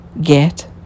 get